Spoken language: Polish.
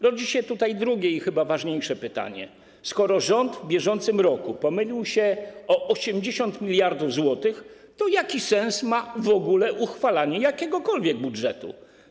Rodzi się drugie i chyba ważniejsze pytanie: Skoro rząd w bieżącym roku pomylił się o 80 mld zł, to jaki sens ma w ogóle uchwalanie jakiegokolwiek budżetu?